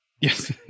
Yes